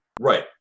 Right